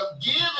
giving